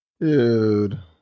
Dude